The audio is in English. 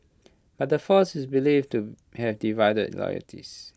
but the force is believed to have divided loyalties